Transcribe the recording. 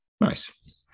Nice